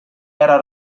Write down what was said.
era